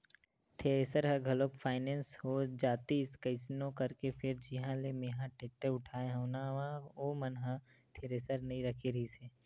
thresher ह घलोक finance हो जातिस कइसनो करके फेर जिहाँ ले मेंहा टेक्टर उठाय हव नवा ओ मन ह थेरेसर नइ रखे रिहिस हे